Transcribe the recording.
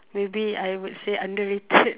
maybe I would say underrated